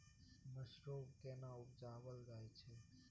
Mushroom केना उबजाबल जाय छै?